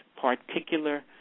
particular